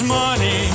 money